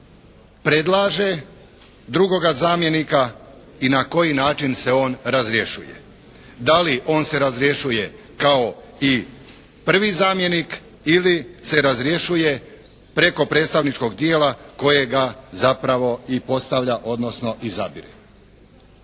predlaže drugoga zamjenika i na koji način se on razrješuje. Da li on se razrješuje kao i prvi zamjenik ili se razrješuje preko predstavničkoga tijela koje ga zapravo i postavlja, odnosno izabire.